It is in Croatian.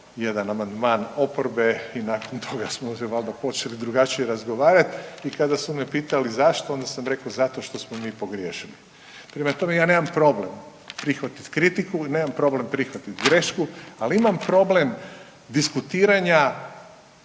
jedan amandman oporbe i nakon toga smo se valjda počeli drugačije razgovarati i kada su me pitali zašto, onda sam rekao zato što smo mi pogriješili. Prema tome, ja nemam problem prihvatiti kritiku, nemam problem prihvatit grešku ali imam problem diskutiranja